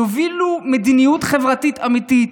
תובילו מדיניות חברתית אמיתית.